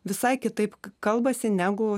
visai kitaip kalbasi negu